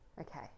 Okay